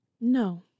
No